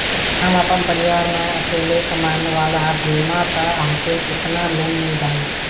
हम आपन परिवार म अकेले कमाए वाला बानीं त हमके केतना लोन मिल जाई?